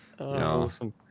Awesome